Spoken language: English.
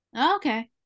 Okay